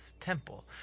temple